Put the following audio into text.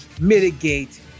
mitigate